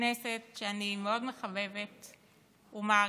כנסת שאני מאוד מחבבת ומעריכה,